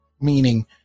meaning